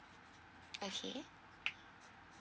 okay